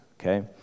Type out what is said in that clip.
Okay